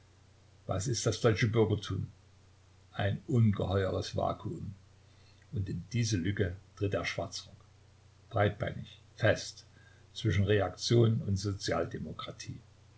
was ist das deutsche bürgertum ein ungeheures vakuum und in diese lücke tritt der schwarzrock breitbeinig fest zwischen reaktion und sozialdemokratie